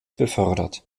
befördert